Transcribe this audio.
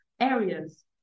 areas